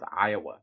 Iowa